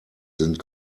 sind